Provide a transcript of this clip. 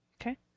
Okay